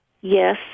yes